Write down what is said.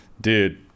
dude